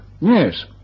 Yes